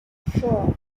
four